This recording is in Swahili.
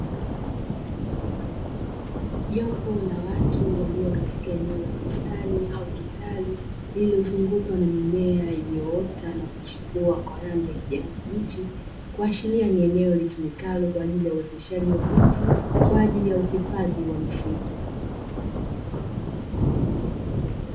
Jopo la watu walio katika eneo la bustani au kitalu lillilozungukwa na mimea ilioota na kuchipua kwa rangi ya kijani kibichi kuashilia ni eneo litumikalo kwa ajili ya uoteshaji wa miti, kwa ajili ya uhifadhi wa misitu.